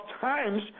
times